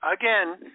again